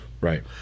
Right